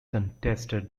contested